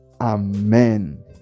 Amen